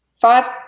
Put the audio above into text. five